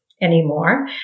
anymore